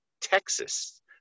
Texas